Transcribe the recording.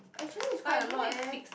actually is quite a lot eh